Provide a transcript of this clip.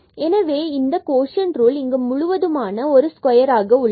எனவே இந்த quotient rule இங்கு முழுவதுமான ஒரு ஸ்கொயராக உள்ளது